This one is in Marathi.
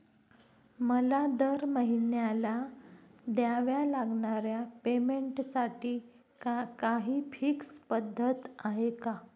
मला दरमहिन्याला द्यावे लागणाऱ्या पेमेंटसाठी काही फिक्स पद्धत आहे का?